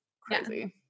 crazy